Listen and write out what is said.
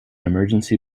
emergency